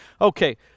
Okay